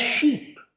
sheep